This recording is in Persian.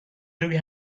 دوگ